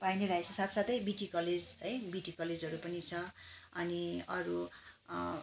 पाइनै रहेको छ साथसाथै बिटी कलेज है बिटी कलेजहरू पनि छ अनि अरू